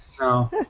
No